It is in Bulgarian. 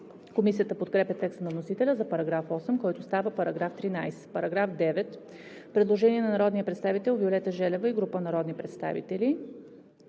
Комисията подкрепя текста на вносителя за § 8, който става § 13. По § 9 има предложение на народния представител Виолета Желева и група народни представители.